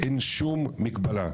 אין שום מגבלה,